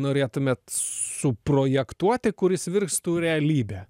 norėtumėt suprojektuoti kuris virstų realybe